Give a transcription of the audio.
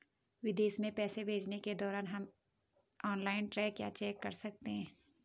विदेश में पैसे भेजने के दौरान क्या हम ऑनलाइन ट्रैक या चेक कर सकते हैं?